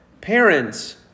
Parents